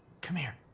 come here.